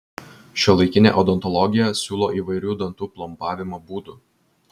šiuolaikinė odontologija siūlo įvairių dantų plombavimo būdų